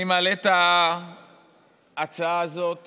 אני מעלה את ההצעה הזאת